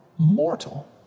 mortal